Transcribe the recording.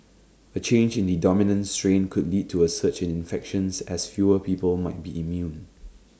A change in the dominant strain could lead to A surge in infections as fewer people might be immune